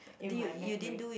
in my memory